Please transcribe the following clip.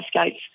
skates